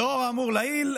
לאור האמור לעיל,